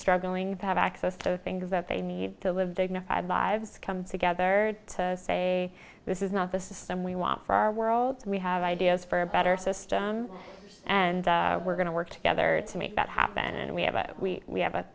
struggling to have access to the things that they need to live dignified lives come together to say this is not the system we want for our world we have ideas for a better system and we're going to work together to make that happen and we have a we have a